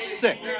six